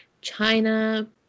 China